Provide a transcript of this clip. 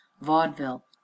vaudeville